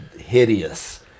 hideous